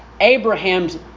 Abraham's